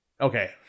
Okay